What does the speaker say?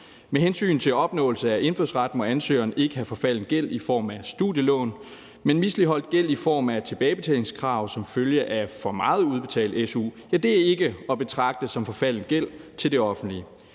Med hensyn til opnåelse af indfødsret må ansøgeren ikke have forfalden gæld i form af studielån, men misligholdt gæld i form af tilbagebetalingskrav som følge af for meget udbetalt su er ikke at betragte som forfalden gæld til det offentlige.